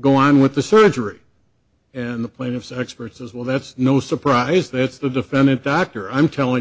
go on with the surgery and the plaintiff's experts as well that's no surprise that it's the defendant dr i'm telling